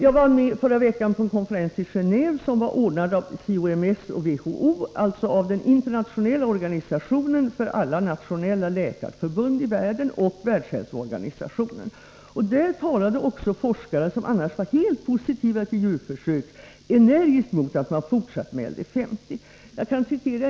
I förra veckan var jag med på en konferens i Gendve, som var anordnad av CIOMS och WHO, alltså den internationella organisationen för alla nationella läkarförbund i världen och världshälsoorganisationen. Där talade även forskare som annars var helt positiva till djurförsök energiskt emot att man fortsatte med LD50.